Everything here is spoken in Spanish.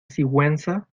sigüenza